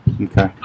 okay